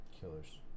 killers